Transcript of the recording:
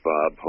Bob